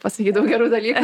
pasakyt daug gerų dalykų